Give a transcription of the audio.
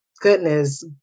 Goodness